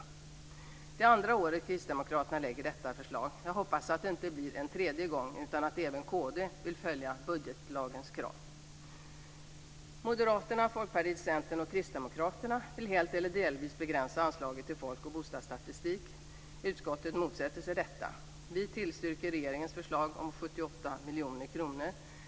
Detta är andra året som kristdemokraterna lägger fram det här förslaget. Jag hoppas att det inte blir en tredje gång, utan att även kd vill följa budgetlagens krav. Moderaterna, Folkpartiet, Centern och Kristdemokraterna vill helt eller delvis begränsa anslaget till folk och bostadsstatistik. Utskottet motsätter sig detta. Vi tillstyrker regeringens förslag om 78 miljoner kronor.